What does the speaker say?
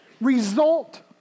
result